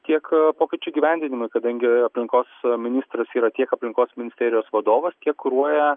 tiek pokyčių įgyvendinimui kadangi aplinkos ministras yra tiek aplinkos ministerijos vadovas tiek kuruoja